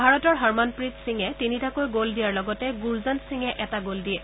ভাৰতৰ হৰমনপ্ৰিট সিঙে তিনিটাকৈ গ'ল দিয়াৰ লগতে গুৰজণ্ট সিঙে এটা দিয়ে